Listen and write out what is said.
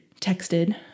texted